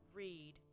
read